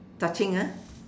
touching ah